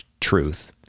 truth